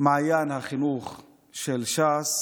ומעיין החינוך של ש"ס